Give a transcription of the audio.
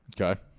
Okay